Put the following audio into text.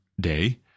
day